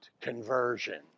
Conversion